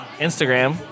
Instagram